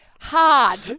hard